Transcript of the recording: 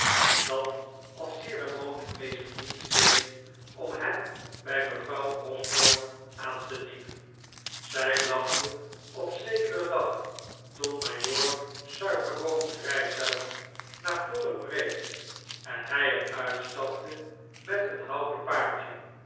dat als ceremoniemeester dienst deed om hem bij mevrouw osborne aan te dienen zij lachte op zekeren dag toen majoor suikerboon's rijtuig naar fulham reed en hij er uitstapte met een houten paardje